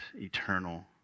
eternal